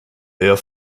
herr